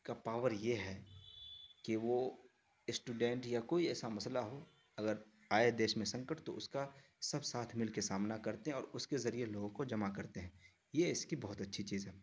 کا پاور یہ ہے کہ وہ اسٹوڈنٹ یا کوئی ایسا مسئلہ ہو اگر آئے دیش میں سنکٹ تو اس کا سب ساتھ مل کے سامنا کرتے ہیں اور اس کے ذریعے لوگوں کو جمع کرتے ہیں یہ اس کی بہت اچھی چیز ہے